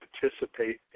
participate